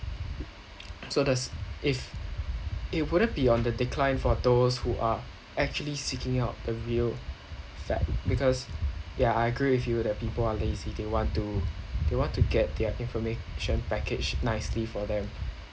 so there's if it wouldn't be on the decline for those who are actually seeking out a real fact because yeah I agree with you that people are lazy they want to they want to get their information packaged nicely for them